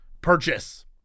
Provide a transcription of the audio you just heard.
purchase